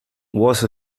was